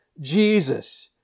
Jesus